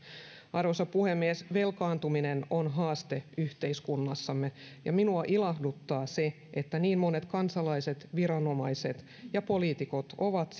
arvoisa puhemies velkaantuminen on haaste yhteiskunnassamme ja minua ilahduttaa se että niin monet kansalaiset viranomaiset ja poliitikot ovat